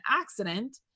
accident